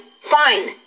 Fine